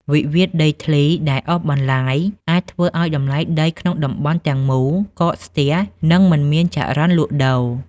វិវាទដីធ្លីដែលអូសបន្លាយ អាចធ្វើឱ្យតម្លៃដីក្នុងតំបន់ទាំងមូលកកស្ទះ និងមិនមានចរន្តលក់ដូរ។